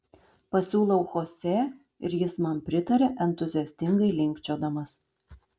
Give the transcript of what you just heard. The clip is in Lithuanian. pasiūlau chosė ir jis man pritaria entuziastingai linkčiodamas